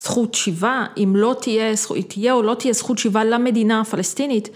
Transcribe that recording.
זכות שיבה אם לא תהיה זכות... אם תהיה או לא תהיה זכות שיבה למדינה הפלסטינית.